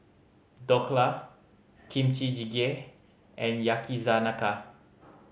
Dhokla Kimchi Jjigae and Yakizakana